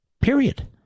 period